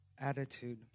attitude